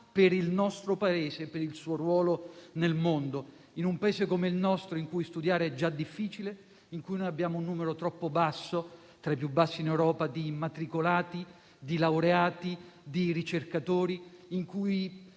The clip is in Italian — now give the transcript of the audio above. per il nostro Paese, per il suo ruolo nel mondo. In un Paese come il nostro, in cui studiare è già difficile, abbiamo un numero troppo basso, tra i più bassi in Europa, di immatricolati, di laureati e di ricercatori; chi